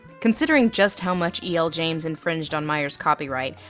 considering just how much e l. james infringed on meyers copyright,